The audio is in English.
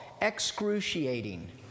excruciating